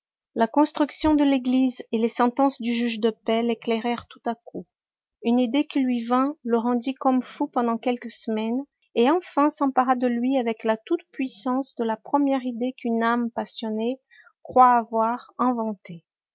la construction de l'église et les sentences du juge de paix l'éclairèrent tout à coup une idée qui lui vint le rendit comme fou pendant quelques semaines et enfin s'empara de lui avec la toute-puissance de la première idée qu'une âme passionnée croit avoir inventée